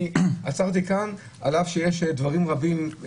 עצרתי כאן על אף שיש דברים רבים.